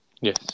yes